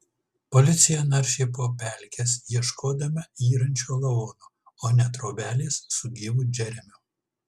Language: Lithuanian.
policija naršė po pelkes ieškodama yrančio lavono o ne trobelės su gyvu džeremiu